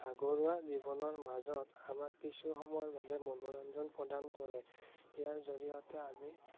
ভাগৰুৱা জীৱনৰ মাজত আমাক কিছু সময়ৰ বাবে মনোৰঞ্জন প্ৰদান কৰে ইয়াৰ জৰিয়তে আমি